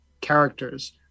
characters